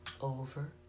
over